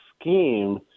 scheme